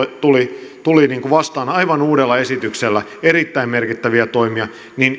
tuli tuli vastaan aivan uudella esityksellä jossa oli erittäin merkittäviä toimia